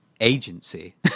agency